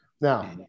Now